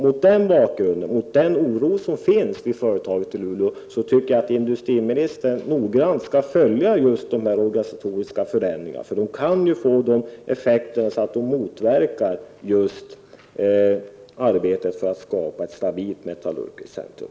Mot bakgrund av den oro som finns inom företaget i Luleå tycker jag industriministern noggrant skall följa upp dessa organisatoriska förändringar. De kan som sagt få den effekten att de motverkar arbetet med att skapa ett stabilt metallurgiskt centrum.